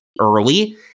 early